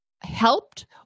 helped